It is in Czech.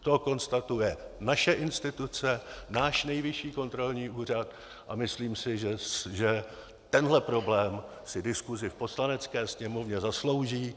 To konstatuje naše instituce, náš Nejvyšší kontrolní úřad, a myslím si, že tenhle problém si diskusi v Poslanecké sněmovně zaslouží.